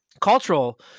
cultural